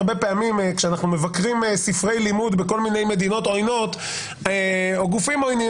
כשאנחנו מבקרים ספרי לימוד של כל מיני מדינות עוינות או גופים עוינים